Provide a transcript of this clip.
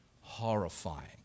horrifying